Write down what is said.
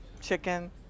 chicken